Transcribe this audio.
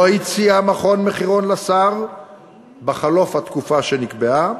לא הציע המכון מחירון לשר בחלוף התקופה שנקבעה,